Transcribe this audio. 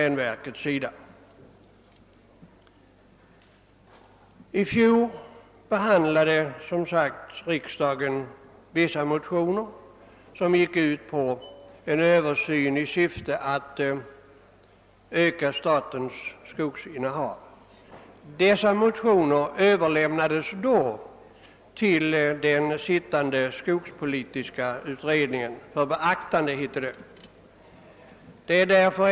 I fjol behandlade riksdagen som sagt vissa motioner som gick ut på en översyn i syfte att öka statens skogsinnehav. Riksdagen beslöt att överlämna motionerna till den arbetande skogspolitiska utredningen »för beaktande», som det hette.